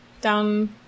down